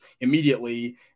immediately